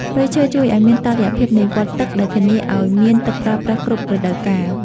ព្រៃឈើជួយឱ្យមានតុល្យភាពនៃវដ្តទឹកដែលធានាឱ្យមានទឹកប្រើប្រាស់គ្រប់រដូវកាល។